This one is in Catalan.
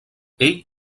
ell